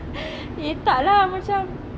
eh tak lah macam